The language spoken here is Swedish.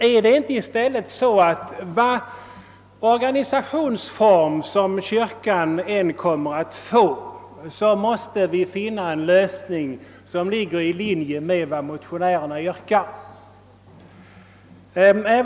Är det inte i stället så att vare sig kyrkan skils från staten eller ej måste man finna en lösning som ligger i linje med vad motionärerna yrkar?